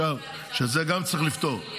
גם את זה צריך לפתור.